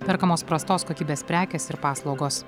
perkamos prastos kokybės prekės ir paslaugos